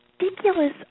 Ridiculous